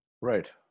Right